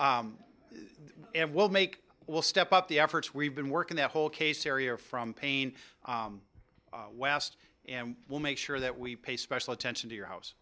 and we'll make will step up the efforts we've been working their whole case area from pain west and will make sure that we pay special attention to your house